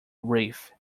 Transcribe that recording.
reef